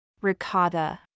Ricotta